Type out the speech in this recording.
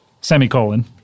semicolon